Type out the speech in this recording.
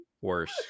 worse